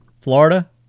Florida